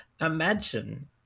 Imagine